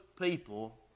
people